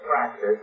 practice